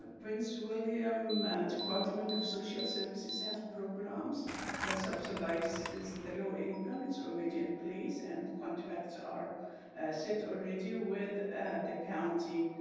prince william department of social services has programs that subsidizes the low income. it's already in place and contracts are set already with the county.